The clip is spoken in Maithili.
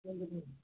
भए गेलए